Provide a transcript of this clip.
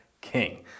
king